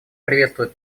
приветствует